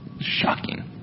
Shocking